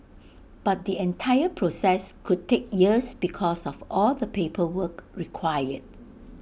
but the entire process could take years because of all the paperwork required